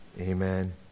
Amen